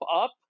up